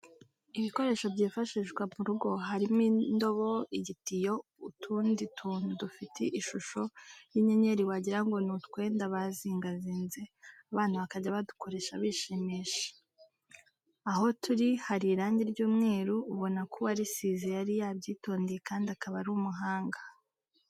Ibikoresho byifashishwa mu rugo harimo indobo, igitiyo, utundi tuntu dufite ishusho y'inyenyeri wagira ngo ni utwenda bazingazinze abana bakajya badukoresha bishimisha. Aho turi hari irange ry'umweru ubona ko uwarisize yari yabyitondeye kandi akaba ari umuhanga.